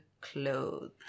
clothes